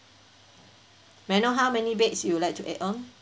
may I know how many beds you would like to add on